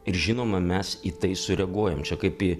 ir žinoma mes į tai sureaguojam čia kaip į